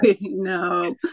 No